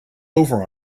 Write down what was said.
over